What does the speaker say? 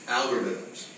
algorithms